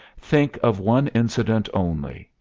think of one incident only,